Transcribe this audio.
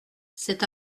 cet